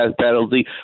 penalty